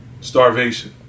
starvation